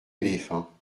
éléphants